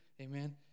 Amen